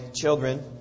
children